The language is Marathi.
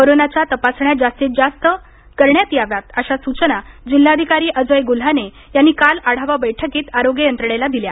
कोरोनाच्या तपासण्या जास्तीत जास्त वाढवण्यावर भर देण्यात यावा अशा सूचना जिल्हाधिकारी अजय गुल्हाने यांनी काल आढावा बैठकीत आरोग्य यंत्रणेला दिल्या